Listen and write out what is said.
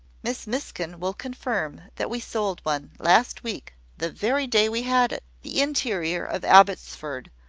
miss miskin will confirm that we sold one, last week, the very day we had it the interior of abbotsford,